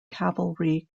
cavalry